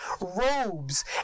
robes